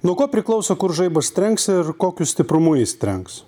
nuo ko priklauso kur žaibas trenks ir kokiu stiprumu jis trenks